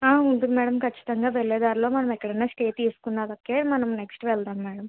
ఉంటుంది మేడం ఖచ్చితంగా వెళ్ళే దారిలో మనం ఎక్కడైనా స్టే తీసుకున్నాకే మనం నెక్స్ట్ వెళ్తాం మేడం